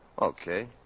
Okay